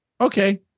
okay